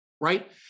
right